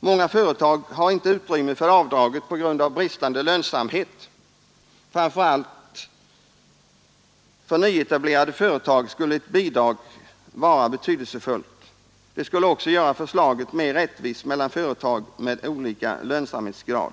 Många företag har inte utrymme för avdraget på grund av bristande lönsamhet. Framför allt för nyetablerade företag skulle ett bidrag vara betydelsefullt. Det skulle också göra förslaget mer rättvist mellan företag med olika lönsamhetsgrad.